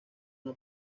una